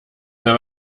mal